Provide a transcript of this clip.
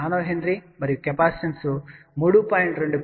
8 nH మరియు C 3